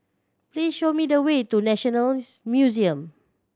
please show me the way to National Museum